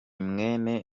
mwene